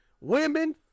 Women